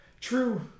true